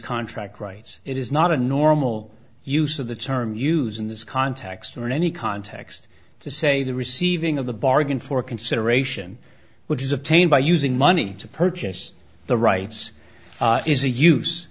contract rights it is not a normal use of the term use in this context or in any context to say the receiving of the bargain for consideration which is obtained by using money to purchase the rights is a use